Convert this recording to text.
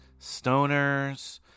stoners